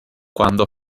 quando